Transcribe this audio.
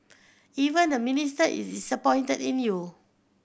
even the Minister is disappointed in you